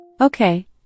Okay